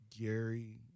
Gary –